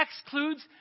excludes